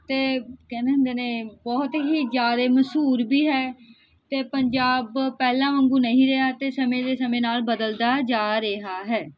ਅਤੇ ਕਹਿੰਦੇ ਹੁੰਦੇ ਨੇ ਬਹੁਤ ਹੀ ਜ਼ਿਆਦਾ ਮਸ਼ਹੂਰ ਵੀ ਹੈ ਅਤੇ ਪੰਜਾਬ ਪਹਿਲਾਂ ਵਾਂਗੂ ਨਹੀਂ ਰਿਹਾ ਅਤੇ ਸਮੇਂ ਦੇ ਸਮੇਂ ਨਾਲ ਬਦਲਦਾ ਜਾ ਰਿਹਾ ਹੈ